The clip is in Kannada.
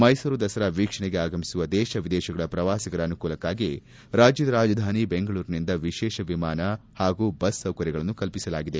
ಮೈಸೂರು ದಸರಾ ವೀಕ್ಷಣೆಗೆ ಆಗಮಿಸುವ ದೇಶ ವಿದೇಶಗಳ ಪ್ರವಾಸಿಗರ ಅನುಕೂಲಕ್ಷಾಗಿ ರಾಜ್ಜದ ರಾಜಧಾನಿ ಬೆಂಗಳೂರಿನಿಂದ ವಿಶೇಷ ವಿಮಾನ ಹಾಗೂ ಬಸ್ ಸೌಕರ್ಯಗಳನ್ನು ಕಲ್ಪಿಸಲಾಗಿದೆ